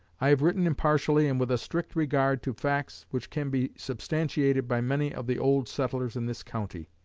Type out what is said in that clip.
i have written impartially and with a strict regard to facts which can be substantiated by many of the old settlers in this county.